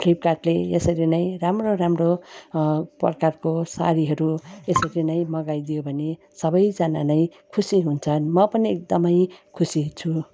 फ्लिपकार्टले यसरी नै राम्रो राम्रो प्रकारको सारीहरू यसरी नै मगाइदियो भने सबैजना नै खुसी हुन्छन् म पनि एकदमै खुसी छु